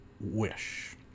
wish